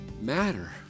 matter